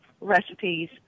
recipes